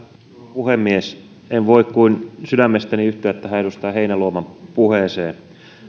puhemies en voi kuin sydämestäni yhtyä tähän edustaja heinäluoman puheeseen